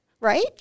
Right